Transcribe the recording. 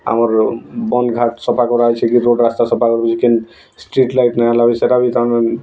ଆମର୍ ବନ୍ଧ ଘାଟ ସଫା କରା ହେଇଛି କି ରୋଡ଼ ରାସ୍ତା ସଫା କରୁଛି କିନ୍ ଷ୍ଟ୍ରିଟ୍ ଲାଇଟ୍ ନ ହେଲା ସେଟା ବି ତାଙ୍କେ